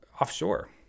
offshore